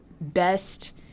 best